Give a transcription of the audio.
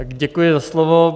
Děkuji za slovo.